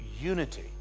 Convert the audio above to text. unity